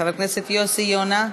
חבר הכנסת יוסי יונה.